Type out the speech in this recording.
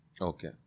Okay